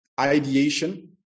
ideation